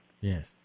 Yes